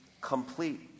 complete